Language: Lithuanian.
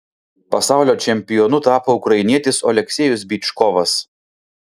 pasaulio čempionu tapo ukrainietis oleksijus byčkovas